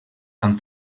amb